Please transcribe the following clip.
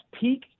peak